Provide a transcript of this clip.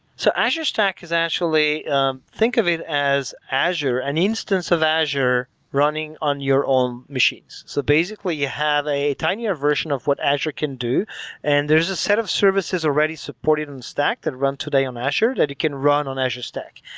so azure stack is actually ah think of it as azure, an instance of azure running on your own machines. so basically, you have a tinier version of what azure can do and there's a set of services already supported in stack that run today in um azure that it can run on azure stack.